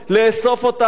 לאסוף אותם.